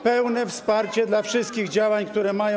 pełne wsparcie dla wszystkich działań, które mają.